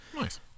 Nice